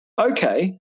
Okay